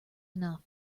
enough